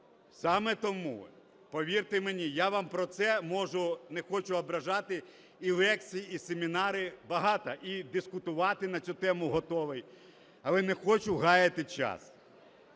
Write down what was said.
Саме тому, повірте мені, я вам про це можу, не хочу ображати, і лекцій, і семінарів багато і дискутувати на цю тему готовий, але не хочу гаяти час.